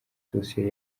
dosiye